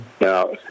Now